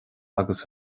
agus